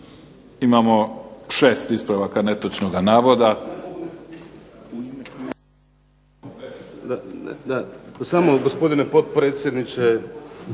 javiti za ispravak netočnog navoda